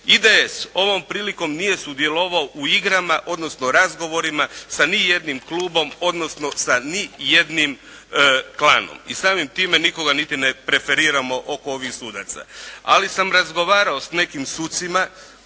IDS ovom prilikom nije sudjelovao u igrama, odnosno razgovorima s ni jednim klubom, odnosno sa ni jednim klanom i samim time nikoga niti ne preferiramo oko ovih sudaca. Ali sam razgovarao sa nekim sucima